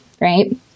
right